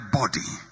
body